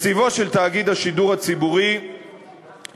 תקציבו של תאגיד השידור הציבורי יעמוד